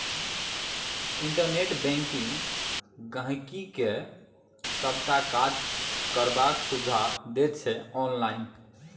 internet banking गांहिकी के सबटा काज करबाक सुविधा दैत छै आनलाइन